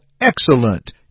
excellent